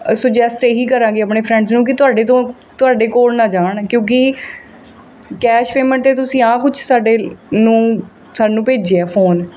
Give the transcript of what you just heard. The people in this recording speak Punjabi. ਸੁਜੈਸਟ ਇਹੀ ਕਰਾਂਗੇ ਆਪਣੇ ਫਰੈਂਡਸ ਨੂੰ ਕਿ ਤੁਹਾਡੇ ਤੋਂ ਤੁਹਾਡੇ ਕੋਲ ਨਾ ਜਾਣ ਕਿਉਂਕਿ ਕੈਸ਼ ਪੇਮੈਂਟ ਅਤੇ ਤੁਸੀਂ ਆਹ ਕੁਛ ਸਾਡੇ ਨੂੰ ਸਾਨੂੰ ਭੇਜਿਆ ਫੋਨ